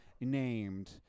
named